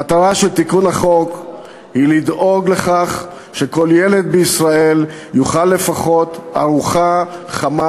המטרה של תיקון החוק היא לדאוג לכך שכל ילד בישראל יאכל לפחות ארוחה חמה